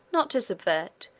not to subvert,